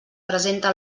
presenta